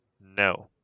no